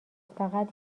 فقط